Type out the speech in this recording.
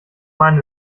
mann